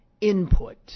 input